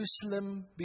Jerusalem